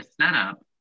setup